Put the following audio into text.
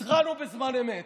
התרענו בזמן אמת,